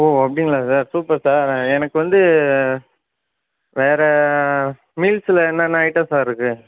ஓ அப்படிங்களா sir super sir அதான் எனக்கு வந்து வேறு மீல்ஸில் என்னென்ன ஐட்டம் சார் இருக்கு